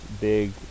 big